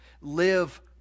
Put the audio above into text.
Live